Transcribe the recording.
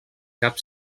cap